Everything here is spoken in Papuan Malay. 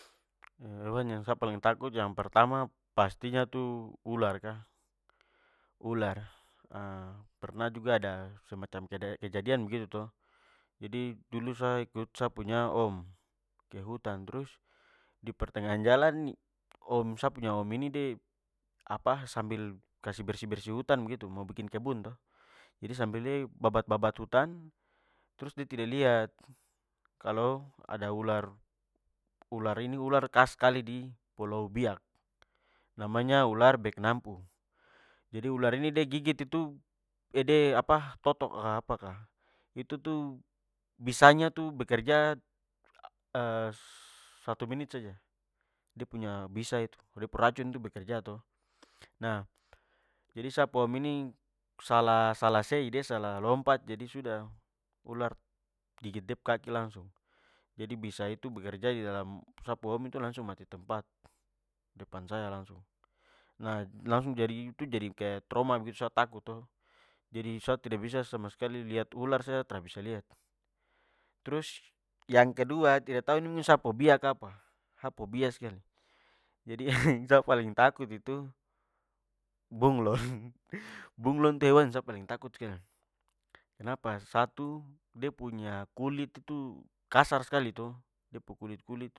hewan yang sa paling takut yang pertama pastinya tu ular ka! Ular! pernah juga ada semacam kejadian begitu to, jadi dulu sa ikut sa punya om ke hutan trus di pertengahan jalan, om sa punya om- ini de apa sambil kasih bersih-bersih hutan begitu mo bikin kebun to, jadi sambil de babat-babat hutan, trus de tidak lihat kalo ada ular. Ular ini ular khas skali di pulau biak. Namanya ular beknampu. Jadi ular ini de gigit itu, de apa totok kah apa kah itu tu bisanya bekerja satu menit saja. De punya bisa itu, de pu racun itu bekerja to. Nah, jadi sa pu om ini salah salah- sei. De salah lompat jadi, sudah ular gigit de pu kaki lansung. Jadi bisa itu bekerja didalam sa pu om itu, langsung mati tempat depan saya langsung. Nah langsung jadi itu jadi kaya trauma begitu sa takut to, jadi sa tidak bisa sama skali, lihat ular saja sa tra bisa lihat. Trus yang kedua, tidak tau ini mungkin sa phobia kapa sa phobia- skali. Jadi sa paling takut itu, bunglon. Bunglon tu hewan yang sa paling takut skali. Kenapa? Satu, de punya kulit itu kasar skali to de pu kulit kulit tu